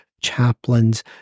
chaplains